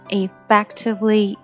effectively